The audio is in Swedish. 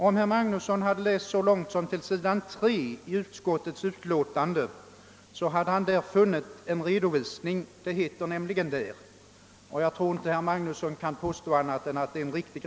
Om herr Magnusson hade läst så långt som till s. 3 i utskottets utlåtande, hade han där funnit en redovisning av utskottets tidigare uttalanden, och jag tror inte att han kan påstå annat än att den är riktig.